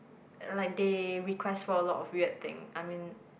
like they request for a lot of weird thing I mean